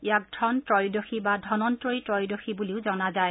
ইয়াক ধন্ত্ৰয়োদশী বা ধন্তৰী ত্ৰয়োদশী বুলিও জনা যায়